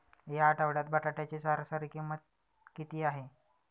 या आठवड्यात बटाट्याची सरासरी किंमत किती आहे?